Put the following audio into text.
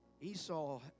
Esau